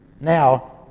Now